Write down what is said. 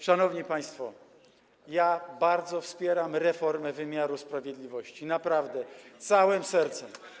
Szanowni państwo, ja bardzo wspieram reformę wymiaru sprawiedliwości, naprawdę, całym sercem.